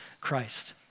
Christ